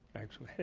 actually